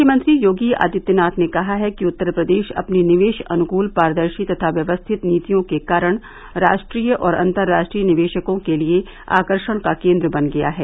मुख्यमंत्री योगी आदित्यनाथ ने कहा कि उत्तर प्रदेश अपनी निवेश अनुकूल पारदर्शी तथा व्यवस्थित नीतियों के कारण राष्ट्रीय और अन्तर्राष्ट्रीय निवेशकों के लिये आकर्षण का केन्द्र बन गया है